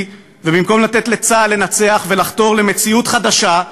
ובמקום לתת לצה"ל לנצח ולחתור למציאות חדשה,